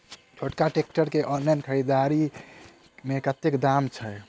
छोटका ट्रैक्टर केँ ऑनलाइन खरीददारी मे कतेक दाम छैक?